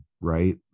right